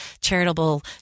charitable